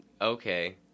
Okay